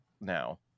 now